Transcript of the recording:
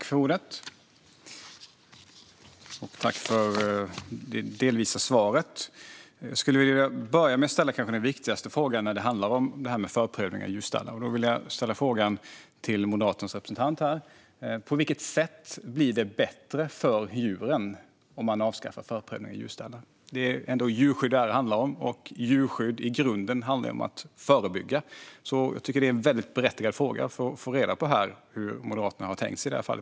Fru talman! Tack för det delvisa svaret! Jag skulle vilja börja med att ställa den viktigaste frågan om förprövning av djurstallar. Jag ställer frågan till Moderaternas representant: På vilket sätt blir det bättre för djuren att avskaffa förprövning av djurstallar? Det är djurskydd frågan handlar om, och djurskydd handlar i grunden om att förebygga. Det är en berättigad fråga att få reda på hur Moderaterna har tänkt sig.